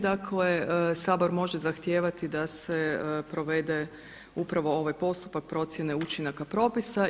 Dakle, Sabor može zahtijevati da se provede upravo ovaj postupak procjene učinaka propisa.